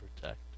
protect